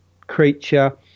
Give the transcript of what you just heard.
creature